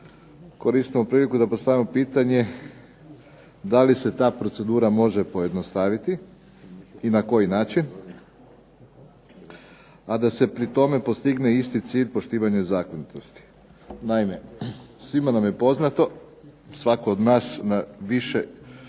koristimo priliku da postavimo pitanje, da li se ta procedura može pojednostaviti i na koji način, a da se pri tome postigne isti cilj poštivanja zakonitosti. Naime, svima nam je poznato svatko od nas na više